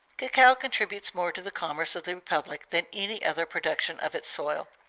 cacao contributes more to the commerce of the republic than any other production of its soil.